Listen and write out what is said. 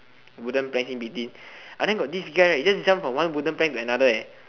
wooden planks in between I think got this guy right he just jump from one wooden plank to another eh